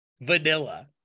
Vanilla